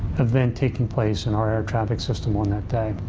event taking place in our air traffic system on that day.